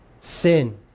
Sin